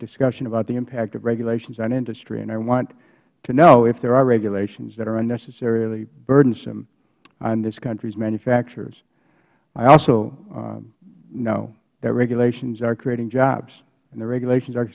discussion about the impact of regulations on industry and i want to know if there are regulations that are unnecessarily burdensome on this country's manufacturers i also know that regulations are creating jobs and the regulations are